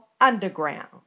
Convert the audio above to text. underground